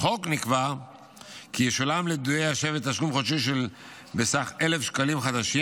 בחוק נקבע כי ישולם לפדויי השבי תשלום חודשי בסך 1,000 שקלים חדשים.